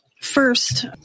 First